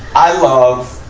i love,